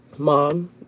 Mom